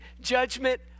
judgment